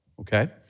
Okay